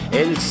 el